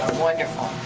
wonderful.